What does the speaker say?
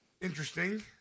interesting